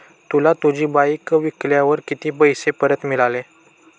तुला तुझी बाईक विकल्यावर किती पैसे परत मिळाले?